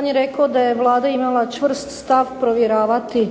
on je rekao da je vlada imala čvrst stav provjeravati